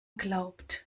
glaubt